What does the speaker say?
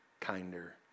kinder